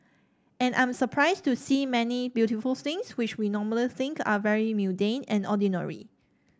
and I'm surprised to see many beautiful things which we normally think are very mundane and ordinary